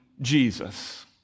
Jesus